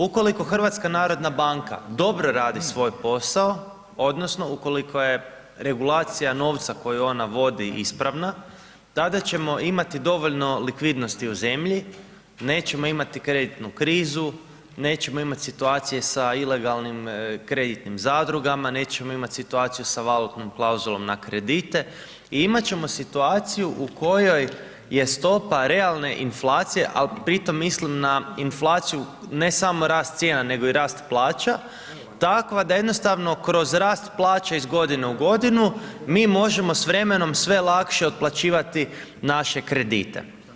Ukoliko HNB dobro radi svoj posao odnosno ukoliko je regulacija novca koju ona vodi ispravna tada ćemo imati dovoljno likvidnosti u zemlji, nećemo imati kreditnu krizu, nećemo imati situacije sa ilegalnim kreditnim zadrugama, nećemo imati situaciju sa valutnom klauzulom na kredite i imat ćemo situaciju u kojoj je stopa realne inflacije, al pri tom mislim na inflaciju ne samo rast cijena, nego i rast plaća takva da jednostavno kroz rast plaća iz godine u godinu, mi možemo s vremenom sve lakše otplaćivati naše kredite.